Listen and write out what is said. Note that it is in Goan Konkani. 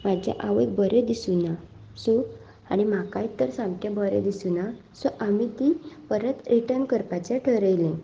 म्हज्या आवयक बरें दिसूना सो आनी म्हाकाय तर सामकें बरें दिसूना सो आमी ती परत रिटर्न करपाचें थारायलें